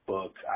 book